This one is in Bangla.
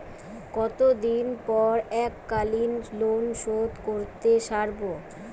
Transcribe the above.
কতদিন পর এককালিন লোনশোধ করতে সারব?